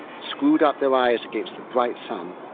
screwed up their eyes against the bright sun,